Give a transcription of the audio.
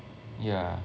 yeah